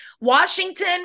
Washington